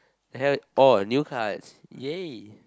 hell oh new cards ya